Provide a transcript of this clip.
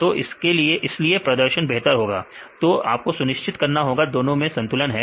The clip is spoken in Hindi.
तो इसलिए प्रदर्शन बेहतर होगा तो आपको सुनिश्चित करना होगा दोनों में संतुलन है